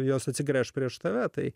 jos atsigręš prieš tave tai